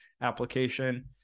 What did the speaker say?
application